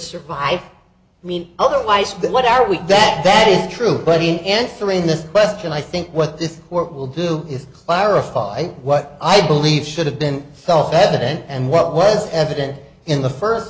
survive i mean otherwise what are we that that is true but in answering this question i think what this will do is clarify what i believe should have been self evident and what was evident in the first